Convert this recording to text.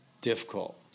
difficult